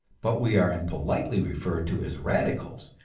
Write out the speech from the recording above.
but we are impolitely referred to as radicals,